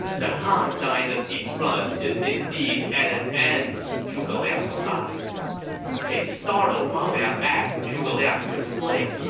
the han dynasty's run is indeed at an end! zhuge liang sighed a startled ma liang asked zhuge liang to explain,